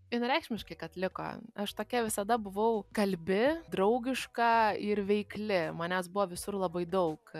vienareikšmiškai kad liko aš tokia visada buvau kalbi draugiška ir veikli manęs buvo visur labai daug